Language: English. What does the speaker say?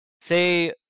say